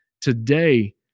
today